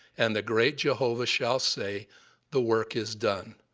and the great jehovah shall say the work is done.